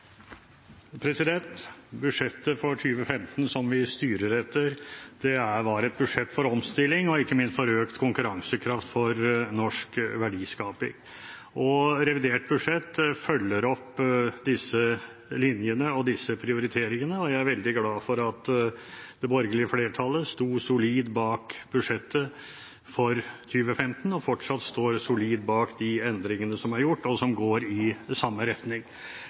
etter, var et budsjett for omstilling og ikke minst for økt konkurransekraft for norsk næringsliv. Revidert budsjett følger opp disse linjene og prioriteringene, og jeg er veldig glad for at det borgerlige flertallet sto solid bak budsjettet for 2015 og fortsatt står solid bak de endringene som er gjort, og som går i samme retning.